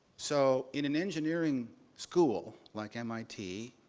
so in an engineering school like mit,